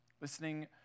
listening